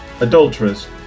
adulterers